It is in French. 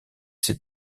ses